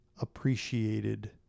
appreciated